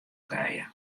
krije